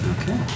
Okay